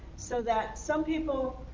so that some people,